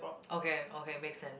okay okay makes sense